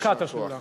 השקת השדולה.